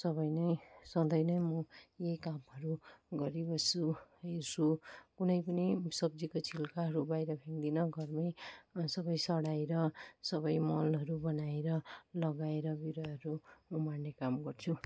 सबै नै सधैँ नै म यही कामहरू गरिबस्छु हेर्छु कुनै पनि सब्जीको छिल्काहरू बाहिर फ्याकदिनँ घरमै सबै सडाएर सबै मलहरू बनाएर लगाएर बिरुवाहरू उमार्ने काम गर्छु